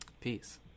peace